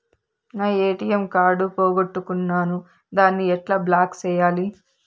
నా ATM card పోగొట్టుకున్నాను, దాన్ని ఎట్లా బ్లాక్ సేయాలి?